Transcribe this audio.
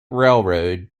railroad